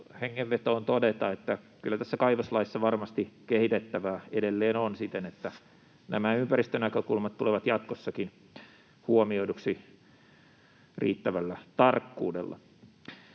hengenvetoon todeta, että kyllä tässä kaivoslaissa varmasti kehitettävää edelleen on siten, että nämä ympäristönäkökulmat tulevat jatkossakin huomioiduiksi riittävällä tarkkuudella.